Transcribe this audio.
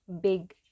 big